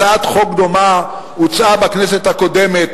הצעת חוק דומה הוצעה בכנסת הקודמת